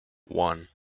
one